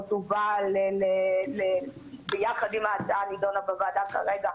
תובא יחד עם ההצעה הנדונה בוועדה כרגע.